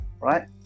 right